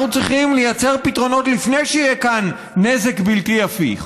אנחנו צריכים לייצר פתרונות לפני שיהיה כאן נזק בלתי הפיך.